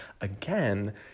again